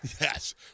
Yes